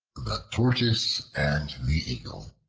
the tortoise and the eagle